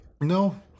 No